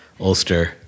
Ulster